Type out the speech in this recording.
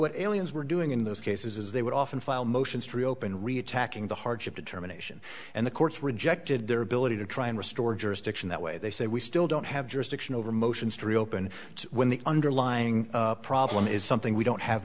what aliens were doing in those cases they would often file motions to reopen re attacking the hardship determination and the courts rejected their ability to try and restore jurisdiction that way they say we still don't have jurisdiction over motions to reopen when the underlying problem is something we don't have